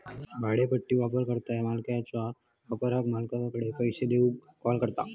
भाड्योपट्टी वापरकर्त्याक मालमत्याच्यो वापराक मालकाक पैसो देऊक कॉल करता